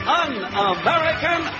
un-American